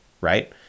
right